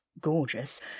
gorgeous